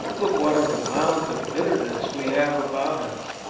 look what an amount of bitterness we have about us!